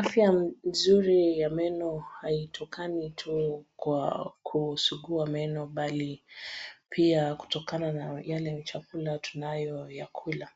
Afya nzuri ya meno haitokani tu kwa kusugua meno bali pia hutokana na yale chakula tunanayoyakula